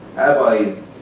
have eyes.